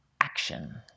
action